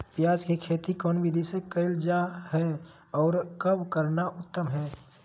प्याज के खेती कौन विधि से कैल जा है, और कब करना उत्तम है?